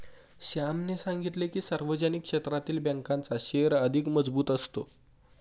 श्यामने सांगितले की, सार्वजनिक क्षेत्रातील बँकांचा शेअर अधिक मजबूत असतो